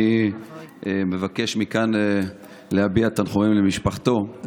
אני מבקש מכאן להביע תנחומים למשפחתו.